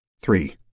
Three